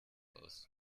aus